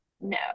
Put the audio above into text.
No